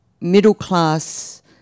middle-class